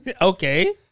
Okay